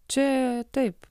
čia taip